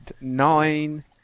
nine